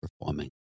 performing